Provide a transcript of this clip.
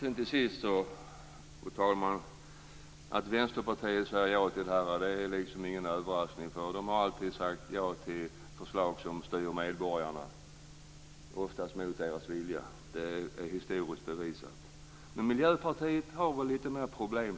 Fru talman! Att Vänsterpartiet säger ja till det här är ingen överraskning. Vänsterpartiet har alltid sagt ja till förslag som styr medborgarna, oftast mot deras vilja. Det är historiskt bevisat. Men Miljöpartiet har lite mer problem.